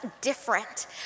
different